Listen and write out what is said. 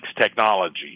technology